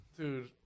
Dude